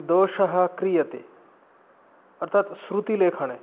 दोषः क्रियते तत् श्रुतिलेखने